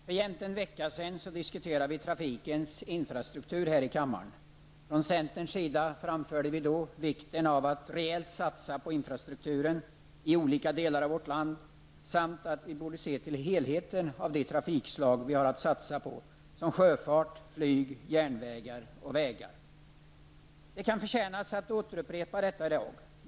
Herr talman! För jämnt en vecka sedan diskuterade vi här i kammaren trafikens infrastruktur. Från centerns sida framhöll vid då vikten av att rejält satsa på infrastrukturen i olika delar av vårt land samt att se till helheten av de trafikslag som vi har att satsa på såsom sjöfart, flyg, järnvägar och vägar. Detta förtjänar att upprepas i dag.